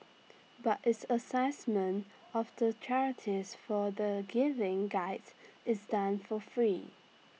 but its Assessment of the charities for the giving Guides is done for free